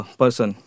person